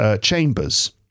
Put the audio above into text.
chambers